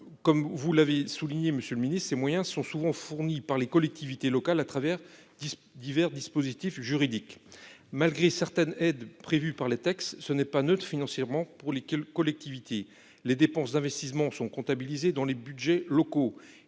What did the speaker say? monsieur le Ministre, ces moyens sont souvent fournis par les collectivités locales à travers divers dispositifs juridiques malgré certaines aides prévues par les textes, ce n'est pas neutre financièrement pour lesquels collectivités les dépenses d'investissement sont comptabilisés dans les Budgets locaux